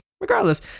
Regardless